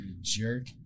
Jerk